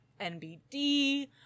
NBD